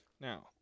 now